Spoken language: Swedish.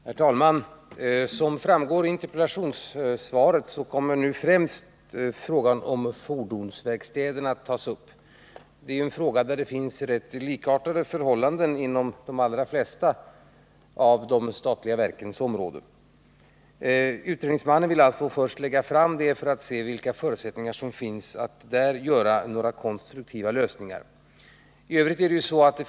Herr talman! Som framgår av interpellationssvaret kommer nu främst frågan om fordonsverkstäderna att tas upp. Inom de flesta av de statliga verkens områden är förhållandena rätt likartade. Utredningsmannen vill alltså först se vilka förutsättningar som finns att där göra konstruktiva lösningar.